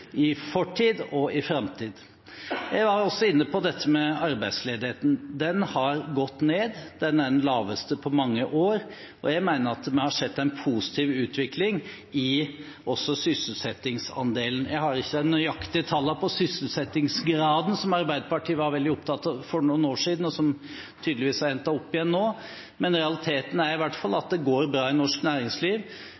i fortid og i framtid. Jeg var også inne på dette med arbeidsledigheten. Den har gått ned. Den er den laveste på mange år, og jeg mener at vi har sett en positiv utvikling også i sysselsettingsandelen. Jeg har ikke de nøyaktige tallene på sysselsettingsgraden, som Arbeiderpartiet var veldig opptatt av for noen år siden, og som tydeligvis er hentet opp igjen nå, men realiteten er i hvert fall